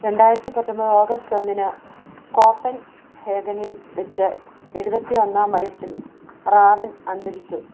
രണ്ടായിരത്തി പത്തൊമ്പത് ഓഗസ്റ്റ് ഒന്നിന് കോപ്പൻഹേഗനിൽ വെച്ച് എഴുപത്തിയൊന്നാം വയസ്സിൽ റാവൻ അന്തരിച്ചു